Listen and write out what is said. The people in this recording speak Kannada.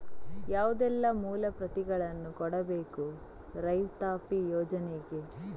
ಯಾವುದೆಲ್ಲ ಮೂಲ ಪ್ರತಿಗಳನ್ನು ಕೊಡಬೇಕು ರೈತಾಪಿ ಯೋಜನೆಗೆ?